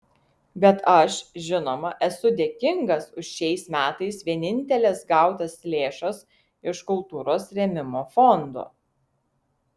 bet aš žinoma esu dėkingas už šiais metais vieninteles gautas lėšas iš kultūros rėmimo fondo